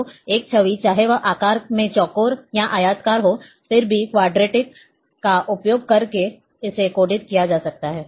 तो एक छवि चाहे वह आकार में चौकोर हो या आयताकार हो फिर भी क्वाडट्री का उपयोग करके इसे कोडित किया जा सकता है